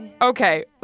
Okay